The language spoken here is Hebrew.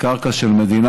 בקרקע של המדינה,